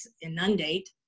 inundate